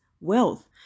wealth